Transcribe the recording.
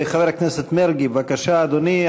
חבר הכנסת מרגי, בבקשה, אדוני.